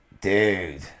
dude